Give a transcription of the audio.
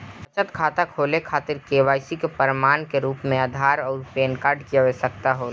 बचत खाता खोले खातिर के.वाइ.सी के प्रमाण के रूप में आधार आउर पैन कार्ड की आवश्यकता होला